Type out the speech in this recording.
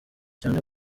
cyane